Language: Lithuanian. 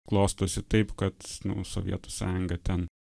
klostosi taip kad nu sovietų sąjunga ten